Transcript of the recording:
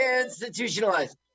Institutionalized